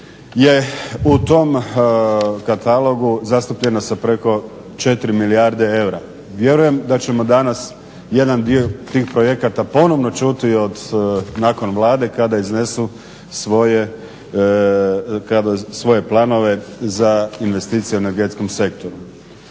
je u tom katalogu zastupljena sa preko 4 milijarde eura. Vjerujem da ćemo danas jedan dio tih projekata ponovno čuti nakon Vlade kada iznesu svoje planove za investicije u energetskom sektoru.